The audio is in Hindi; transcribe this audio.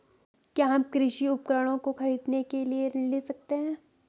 क्या हम कृषि उपकरणों को खरीदने के लिए ऋण ले सकते हैं?